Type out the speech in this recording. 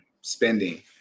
spending